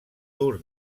tour